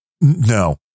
no